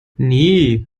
nee